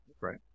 Right